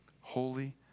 Holy